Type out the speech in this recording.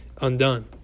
undone